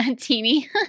teeny